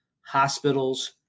hospitals